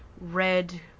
red